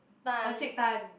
Tan